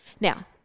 Now